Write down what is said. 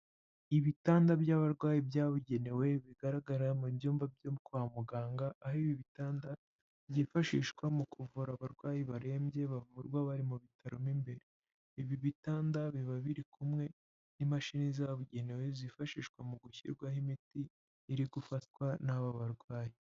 Ibitanda by'abarwayi byabugenewe bigaragara mu byumba byo kwa muganga, aho ibi bitanda byifashishwa mu kuvura abarwayi barembye, bavurwa bari mu bitaro mo imbere, ibi bitanda biba biri kumwe n'imashini zabugenewe zifashishwa mu gushyirwaho imiti, iri gufatwa n'aba barwayi.